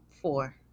four